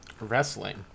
Wrestling